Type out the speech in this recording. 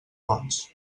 bons